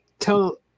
tell